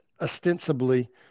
ostensibly